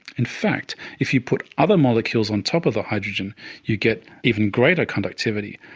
in fact, if you put other molecules on top of the hydrogen you get even greater conductivity.